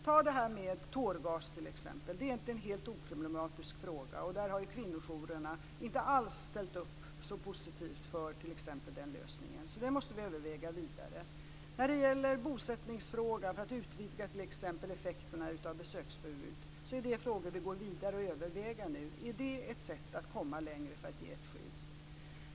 T.ex. är förslaget om tårgas inte helt oproblematiskt, och kvinnorjourerna har inte alls ställt upp så positivt för t.ex. den lösningen. Vi måste därför överväga detta vidare. När det gäller bosättningsfrågan och att utvidga t.ex. effekterna av besöksförbud går vi nu vidare, och vi överväger om detta är ett sätt att komma längre för att ge ett skydd.